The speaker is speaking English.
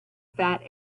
fat